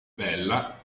bella